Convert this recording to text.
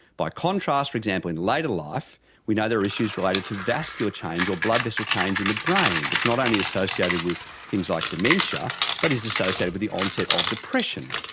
by contrast, for example, in later life we know there are issues related to vascular change or blood vessel change in the brain. it's not only associated with things like dementia but it's associated with the onset of depression.